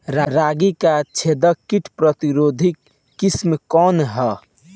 रागी क छेदक किट प्रतिरोधी किस्म कौन ह?